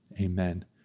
amen